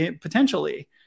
Potentially